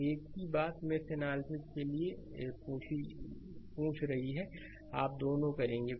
और एक ही बात मेष एनालिसिस के लिए पूछ रही है आप दोनों करेंगे